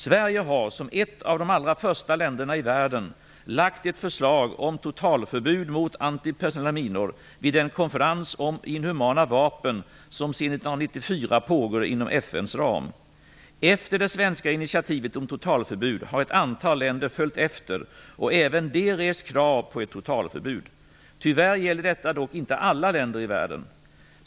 Sverige har, som ett av de allra första länderna i världen, lagt fram ett förslag om totalförbud mot antipersonella minor vid den konferens om inhumana vapen som sedan 1994 pågår inom FN:s ram. Efter det svenska initiativet om totalförbud har ett antal länder följt efter och även de rest krav på ett totalförbud. Tyvärr gäller detta dock inte alla länder i världen.